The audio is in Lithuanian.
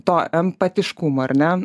to empatiškumo ar ne